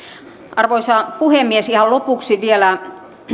arvoisa puhemies ihan lopuksi vielä